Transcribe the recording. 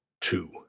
two